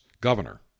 governor